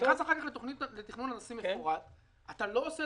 אתה נכנס אחר כך לתכנון הנדסי מפורט.